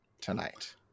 tonight